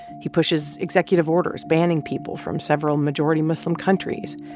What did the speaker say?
he pushes executive orders banning people from several majority-muslim countries.